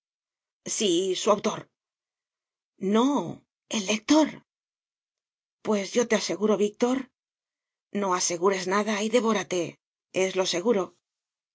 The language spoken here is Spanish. su autor no el lector pues yo te aseguro víctor no asegures nada y devórate es lo seguro